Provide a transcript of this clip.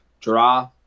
draw